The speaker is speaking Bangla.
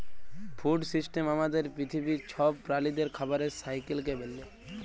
ফুড সিস্টেম আমাদের পিথিবীর ছব প্রালিদের খাবারের সাইকেলকে ব্যলে